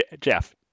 Jeff